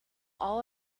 all